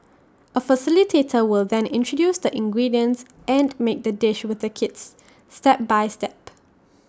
A facilitator will then introduce the ingredients and make the dish with the kids step by step